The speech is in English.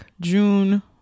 June